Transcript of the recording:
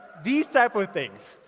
these types of things.